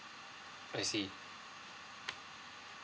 I see